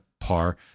par